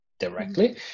directly